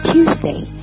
Tuesday